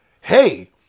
hey